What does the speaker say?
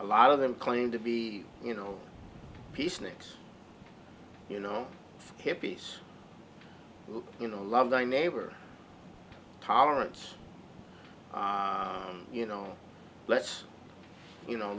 a lot of them claim to be you know peaceniks you know hippies who you know love thy neighbor tolerance you know let's you know